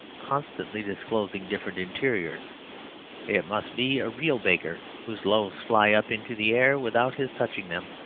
constantly disclosing different interiors it must be a real baker whose loaves fly up into the air without his touching them,